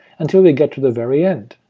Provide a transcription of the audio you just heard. until we get to the very end,